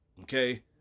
okay